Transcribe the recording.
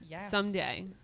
someday